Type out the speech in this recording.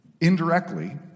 Indirectly